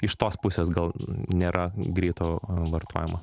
iš tos pusės gal nėra greito vartojimo